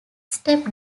step